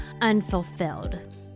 unfulfilled